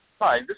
Hi